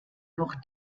noch